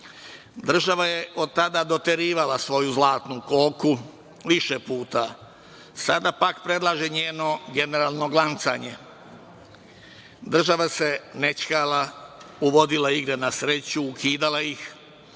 Država je od tada doterivala svoju zlatnu koku više puta. Sada pak predlaže njeno generalno glancanje. Država nećkala, uvodila igre na sreću, ukidala ih